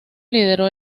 lideró